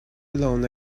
blown